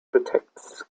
protects